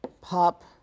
pop